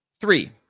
Three